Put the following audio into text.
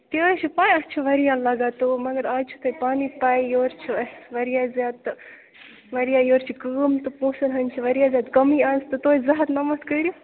تہِ حظ چھِ پاے اَتھ چھِ واریاہ لگان تہٕ وٕ مگر آز چھِ تۄہہِ پانَس پاے یورٕ چھِ اَسہِ واریاہ زیادٕ تہٕ واریاہ یورٕ چھِ کٲم تہٕ پونٛسَن ہٕنٛز چھِ واریاہ زیادٕ کٔمی آز تہٕ توتہِ زٕ ہَتھ نَمتھ کٔرِو